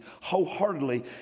wholeheartedly